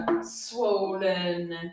swollen